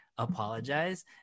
apologize